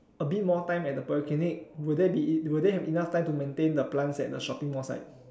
a bit more time at the polyclinic will there be it will there be a bit more time at the shopping mall side